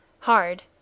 Hard